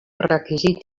requisit